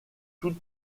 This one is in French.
tout